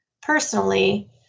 personally